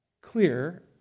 clear